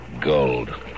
Gold